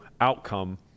outcome